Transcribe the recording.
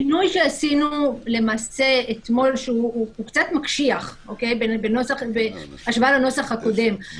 השינוי שעשינו למעשה אתמול קצת מקשיח בהשוואה לנוסח הקודם,